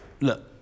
look